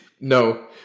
No